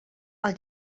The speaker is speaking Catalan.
els